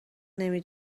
نمی